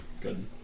Good